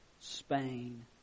Spain